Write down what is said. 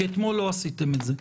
כי אתמול לא עשיתם את זה.